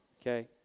Okay